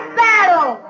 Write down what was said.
battle